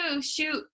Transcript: shoot